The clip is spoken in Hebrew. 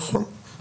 נכון.